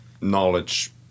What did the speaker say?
knowledge